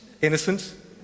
Innocent